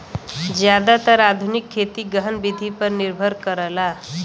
जादातर आधुनिक खेती गहन विधि पर निर्भर करला